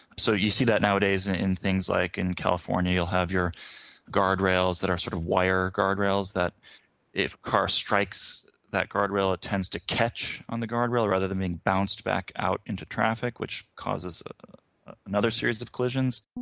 so, you see that nowadays and in things like in california, you'll have your guardrails that are sort of wire guardrails guardrails that if a car strikes that guardrail, it tends to catch on the guardrail rather than being bounced back out into traffic which causes another series of collisions